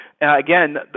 again